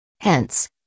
Hence